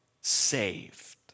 saved